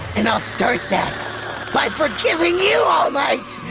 and i'll start that by forgiving you, all might!